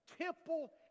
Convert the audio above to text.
temple